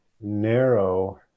narrow